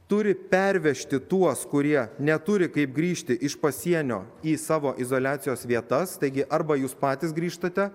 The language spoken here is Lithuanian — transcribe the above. turi pervežti tuos kurie neturi kaip grįžti iš pasienio į savo izoliacijos vietas taigi arba jūs patys grįžtate